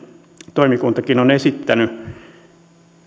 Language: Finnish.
toimikuntakin on esittänyt